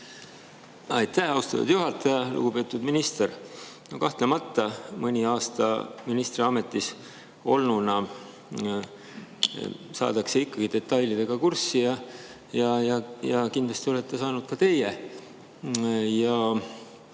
Aitäh, austatud juhataja! Lugupeetud minister! Kahtlemata, mõni aasta ministriametis olnuna viiakse end ikka detailidega kurssi, kindlasti olete viinud ka teie.